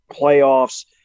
playoffs